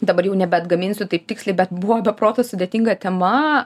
dabar jau nebeatgaminsiu taip tiksliai bet buvo be proto sudėtinga tema